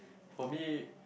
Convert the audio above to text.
for me